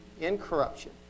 incorruption